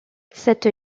cette